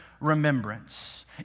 remembrance